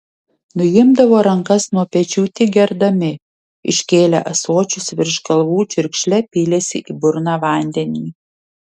nuimdavo rankas nuo pečių tik gerdami iškėlę ąsočius virš galvų čiurkšle pylėsi į burną vandenį